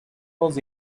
was